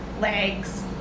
legs